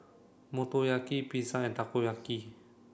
Motoyaki Pizza and Takoyaki